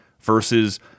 versus